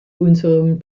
unseren